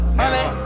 money